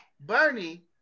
Bernie